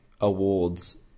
awards